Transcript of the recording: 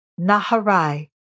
Naharai